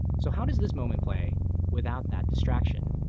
so how does this moment play without that distraction?